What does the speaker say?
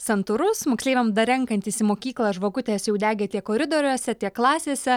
santūrus moksleiviam dar renkantis į mokyklą žvakutės jau degė tiek koridoriuose tiek klasėse